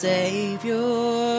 Savior